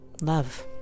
love